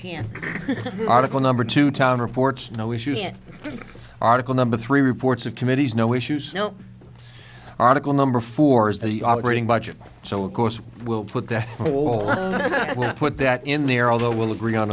can't article number two town reports no issues article number three reports of committees no issues no article number four is the operating budget so of course we'll put that all put that in there although we'll agree on